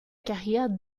carrière